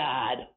God